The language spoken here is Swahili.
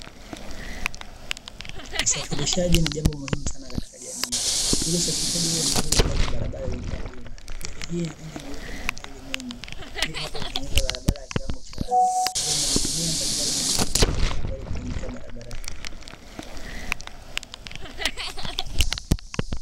Usafirishaji ni jambo muhimu sana katika jamii, ili usafirishaji uwe mzuri unahitaji barabara iliyokuwa bora. Gari hii yenye rangi nyeupe na matairi mengi ipo hapa kutengeneza barabara yenye kiwango cha lami, hivyo wahandisi wamekusanyika mahali hapa ili kutengeneza barabara hii.